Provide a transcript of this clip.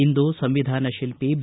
ಇಂದು ಸಂವಿಧಾನ ಶಿಲ್ಪಿ ಬಿ